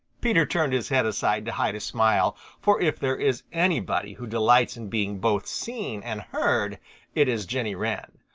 peter turned his head aside to hide a smile, for if there is anybody who delights in being both seen and heard it is jenny wren,